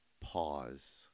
pause